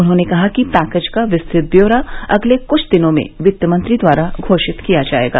उन्होंने कहा कि पैकेज का विस्तृत ब्यौरा अगले कुछ दिनों में वित्तमंत्री द्वारा घोषित किया जाएगा